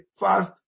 fast